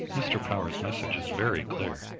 mr. power's message is very clear.